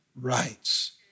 rights